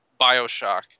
Bioshock